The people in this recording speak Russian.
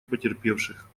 потерпевших